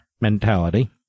mentality